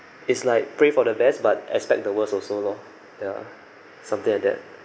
it's like pray for the best but expect the worst also lor ya something like that